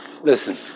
Listen